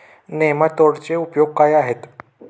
नेमाटोडचे उपयोग काय आहेत?